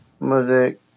music